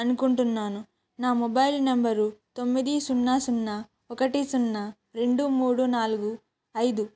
అనుకుంటున్నాను నా mobile number తొమ్మిది సున్నా సున్నా ఒకటి సున్నా రెండు మూడు నాలుగు ఐదు